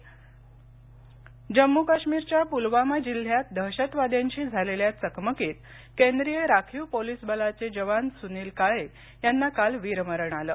वीरमरण जम्मू काश्मीरच्या पुलवामा जिल्ह्यात दहशतवाद्यांशी झालेल्या चकमकीत केंद्रीय राखीव पोलीस बलाचे जवान सुनील काळे यांना काल वीरमरण आलं